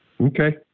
okay